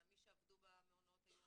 מי שעבדו במעונות היו